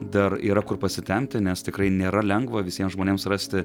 dar yra kur pasitempti nes tikrai nėra lengva visiems žmonėms rasti